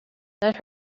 let